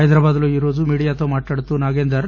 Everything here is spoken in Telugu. హైదరాబాద్ లో ఈరోజు మీడియాతో మాట్లాడుతూ నాగేందర్